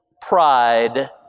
pride